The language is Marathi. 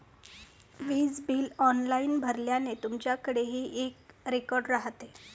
वीज बिल ऑनलाइन भरल्याने, तुमच्याकडेही एक रेकॉर्ड राहते